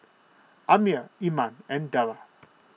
Ammir Iman and Dara